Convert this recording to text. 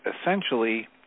essentially